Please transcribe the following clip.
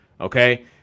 okay